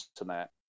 internet